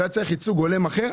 שהיה צריך להיות ייצוג הולם אחר,